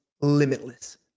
limitless